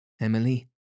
Emily